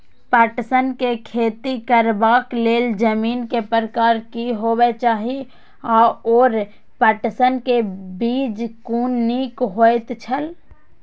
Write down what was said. पटसन के खेती करबाक लेल जमीन के प्रकार की होबेय चाही आओर पटसन के बीज कुन निक होऐत छल?